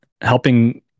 helping